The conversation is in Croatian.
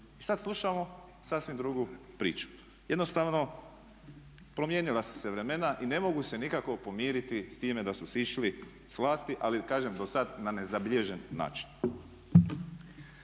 I sad slušamo sasvim drugu priču. Jednostavno promijenila su se vremena i ne mogu se nikako pomiriti s time da su sišli s vlasti, ali kažem dosad na nezabilježen način.